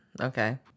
okay